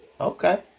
Okay